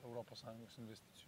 europos sąjungos investicij